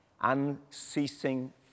unceasing